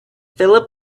philip